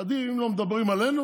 שאם לא מדברים עלינו,